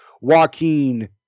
Joaquin